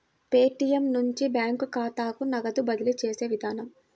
Paytm నుంచి bank ఖాతాకు నగదు బదిలీ చేసే విధానం